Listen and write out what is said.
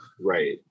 right